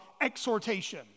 exhortation